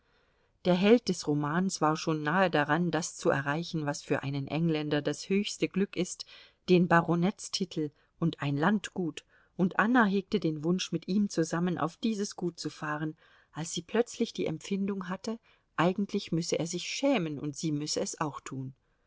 der held des romans war schon nahe daran das zu erreichen was für einen engländer das höchste glück ist den baronetstitel und ein landgut und anna hegte den wunsch mit ihm zusammen auf dieses gut zu fahren als sie plötzlich die empfindung hatte eigentlich müsse er sich schämen und sie müsse es auch tun